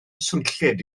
swnllyd